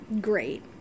great